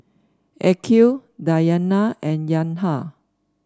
Aqil Diyana and Yahya